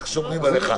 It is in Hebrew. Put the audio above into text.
אני